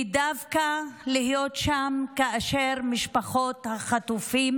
ולהיות שם דווקא כאשר משפחות החטופים